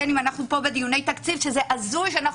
אם אנחנו בדיוני תקציב שזה הזוי שאנחנו